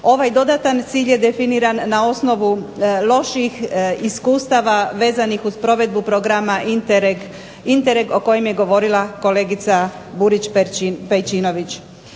Ovaj dodatan cilj je definiran na osnovu loših iskustava vezanih uz provedbu programa INTETEK o kojem je govorila kolegica Burić Pejčinović.